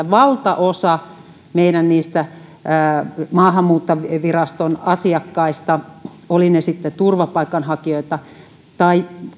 valtaosa maahanmuuttoviraston asiakkaista olivat he sitten turvapaikanhakijoita tai